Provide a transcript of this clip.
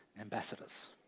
ambassadors